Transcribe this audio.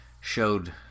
showed